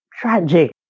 tragic